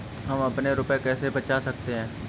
हम अपने रुपये कैसे बचा सकते हैं?